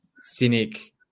Cynic